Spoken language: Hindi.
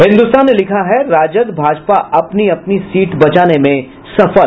हिन्दुस्तान ने लिखा है राजद भाजपा अपनी अपनी सीट बचाने में सफल